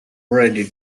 ready